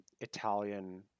Italian